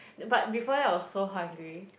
but before that I was so hungry